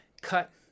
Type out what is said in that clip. cut